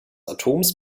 atoms